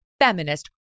feminist